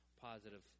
positive